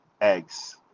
eggs